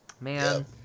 man